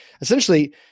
essentially